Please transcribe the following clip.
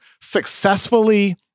successfully